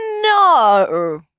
no